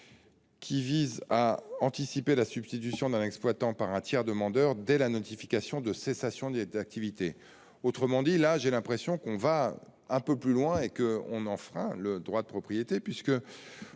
qui tend à anticiper la substitution d'un exploitant par un tiers demandeur dès la notification de cessation des activités. Autrement dit, j'ai l'impression que l'on va là un peu plus loin et que l'on enfreint le droit de propriété